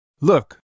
Look